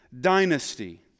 dynasty